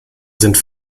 sind